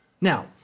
Now